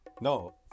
No